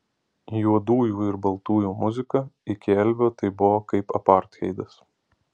juodųjų ir baltųjų muzika iki elvio tai buvo kaip apartheidas